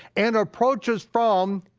and approaches from